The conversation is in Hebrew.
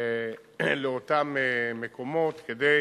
לאותם מקומות, כדי